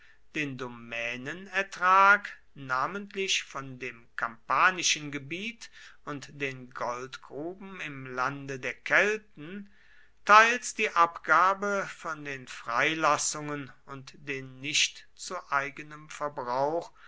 den domänenertrag namentlich von dem kampanischen gebiet und den goldgruben im lande der kelten teils die abgabe von den freilassungen und den nicht zu eigenem verbrauch